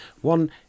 one